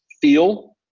feel